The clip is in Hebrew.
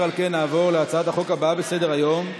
נעבור להצעת החוק הבאה על סדר-היום,